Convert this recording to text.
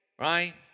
Right